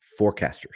forecasters